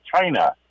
China